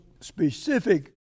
specific